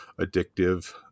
addictive